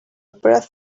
breath